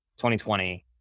2020